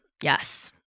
Yes